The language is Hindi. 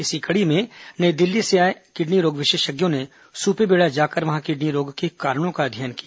इसी कड़ी में नई दिल्ली से आए किडनी रोग विशेषज्ञों ने सुपेबेड़ा जाकर वहां किडनी रोग के कारणों का अध्ययन किया